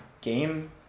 game